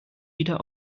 wieder